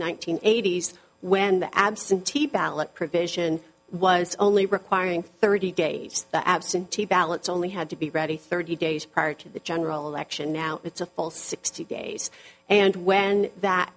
hundred eighty s when the absentee ballot provision was only requiring thirty days the absentee ballots only had to be ready thirty days prior to the general election now it's a full sixty days and when that